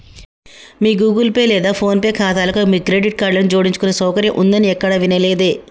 మీ Google Pay లేదా PhonePe ఖాతాలకు మీ క్రెడిట్ కార్డులను జోడించుకునే సౌకర్యం ఉందని ఎక్కడా వినలేదే